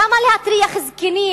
למה להטריח זקנים